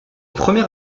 premier